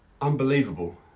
unbelievable